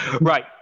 Right